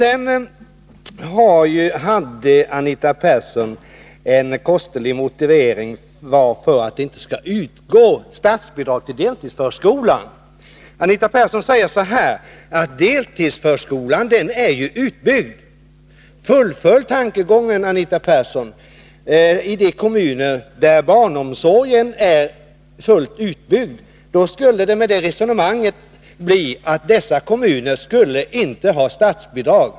141 Anita Persson hade en konstig motivering för att det inte skall utgå statsbidrag till deltidsförskolan. Hon sade att deltidsförskolan ju redan är utbyggd. Fullfölj den tankegången, Anita Persson! Med det resonemanget skulle de kommuner där barnomsorgen är fullt utbyggd inte ha statsbidrag.